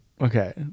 Okay